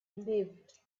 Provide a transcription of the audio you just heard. lived